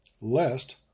lest